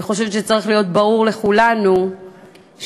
אני חושבת שצריך להיות ברור לכולנו שאי-אפשר